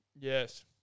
Yes